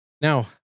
Now